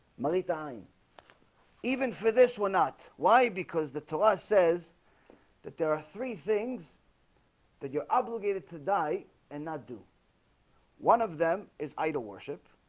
money time even for this we're not why because the torah says that there are three things that you're obligated to die and not do one of them is idol worship